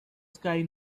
sky